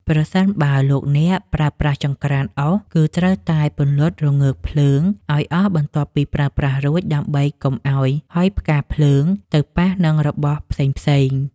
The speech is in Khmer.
ប្រសិនបើលោកអ្នកប្រើប្រាស់ចង្ក្រានអុស គឺត្រូវតែពន្លត់រងើកភ្លើងឱ្យអស់បន្ទាប់ពីប្រើប្រាស់រួចដើម្បីកុំឱ្យហុយផ្កាភ្លើងទៅប៉ះនឹងរបស់ផ្សេងៗ។